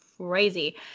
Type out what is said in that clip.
crazy